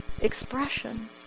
expression